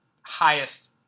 highest